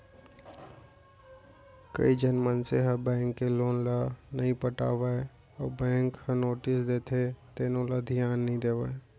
कइझन मनसे ह बेंक के लोन ल नइ पटावय अउ बेंक ह नोटिस देथे तेनो ल धियान नइ देवय